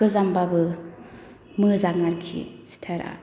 गोजामबाबो मोजां आरोखि सुइथारा